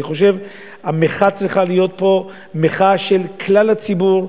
אני חושב שהמחאה צריכה להיות פה מחאה של כלל הציבור,